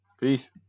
Peace